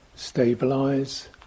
stabilize